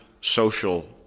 social